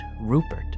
Rupert